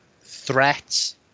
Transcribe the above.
threats